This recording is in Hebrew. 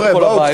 מאיפה.